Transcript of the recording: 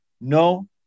No